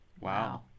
Wow